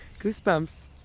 Goosebumps